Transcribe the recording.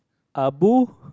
Abu